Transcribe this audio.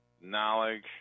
knowledge